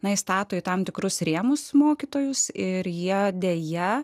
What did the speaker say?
nustato tam tikrus rėmus mokytojus ir jie deja